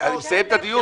אני מסיים את הדיון.